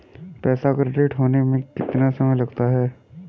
पैसा क्रेडिट होने में कितना समय लगता है?